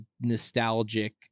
nostalgic